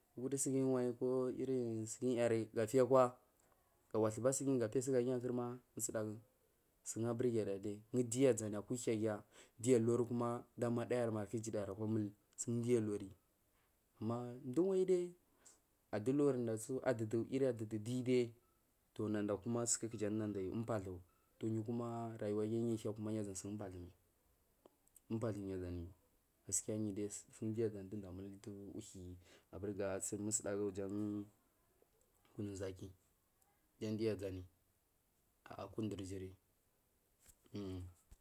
Kodu suguyiwanyi iri suguya gatiyakma ga wathuba suguyi gapiya sugarguyi gapiya arkuma sugu burgiyada dai duyu aʒami akuhyaga digu ylrima amadayau kaka iyuɗayar ko mul diyu ʒan ma mduwanyi dai adulauwar dasu iri adudu dugu dal toh nada kuma suku jan nada yu umpathu toh yukuma duniyu hiya aku rayuwa giya niyu yaʒansugu umpathu mal umpathu yu aʒani mal gaskiya sum diyu asunder asuni m ɗu mɗu amuldu uhwuya musdagu jan dutu kunun zaki jan diyu aʒani aku nduri jiri um.